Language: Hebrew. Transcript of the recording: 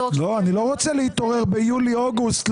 אני לא רוצה להתעורר ביולי אוגוסט.